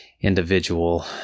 individual